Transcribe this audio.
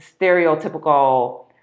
stereotypical